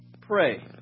pray